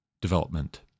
development